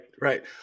right